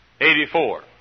Eighty-four